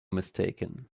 mistaken